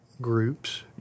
groups